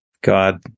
god